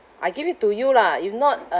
I give it to you lah if not uh